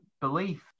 belief